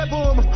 Boom